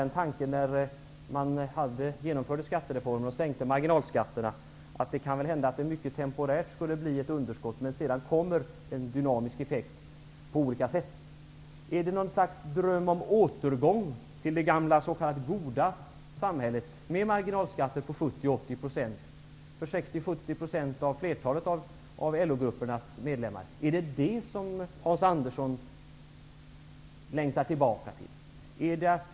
När man genomförde skattereformen och sänkte marginalskatterna hade man den tanken att det mycket temporärt skulle bli ett underskott innan den dynamiska effekten på olika sätt uppstod. Är det något slags dröm om en återgång till det gamla s.k. goda samhället med marginalskatter på 70--80 % för 60--70 % av LO gruppernas medlemmar? Är det vad Hans Andersson längtar tillbaka till?